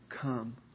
come